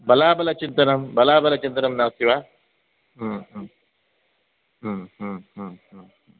बलाबलचिन्तनं बलाबलचिन्तनं नास्ति वा